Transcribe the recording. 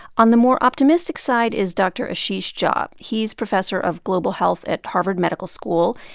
on the more optimistic side is dr. ashish jha. he's professor of global health at harvard medical school.